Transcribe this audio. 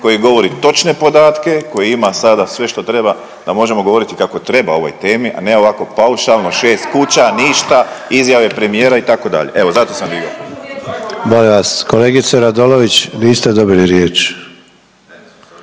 koji govori točne podatke koji ima sada sve što treba da možemo govoriti kako treba o ovoj temi, a ne ovako paušalno 6 kuća ništa, izjave premijera itd. Evo zato sam digao. **Sanader, Ante (HDZ)** Molim vas kolegice Radolović niste dobili riječ!